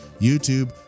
YouTube